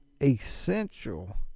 essential